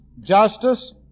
justice